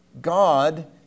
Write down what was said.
God